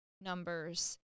numbers